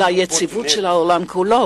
אלא היציבות של העולם כולו.